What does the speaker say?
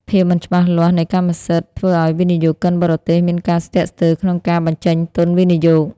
ភាពមិនច្បាស់លាស់នៃកម្មសិទ្ធិ ធ្វើឱ្យវិនិយោគិនបរទេសមានការស្ទាក់ស្ទើរក្នុងការបញ្ចេញទុនវិនិយោគ។